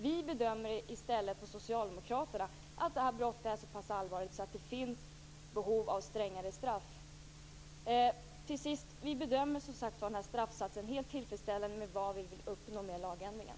Vi socialdemokrater bedömer i stället att detta brott är så pass allvarligt att det finns behov av strängare straff. Till sist: Vi bedömer som sagt var att denna straffsats helt överensstämmer med vad vi vill uppnå med lagändringen.